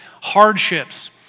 hardships